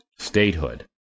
statehood